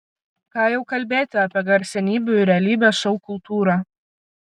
ką jau kalbėti apie garsenybių ir realybės šou kultūrą